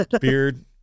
beard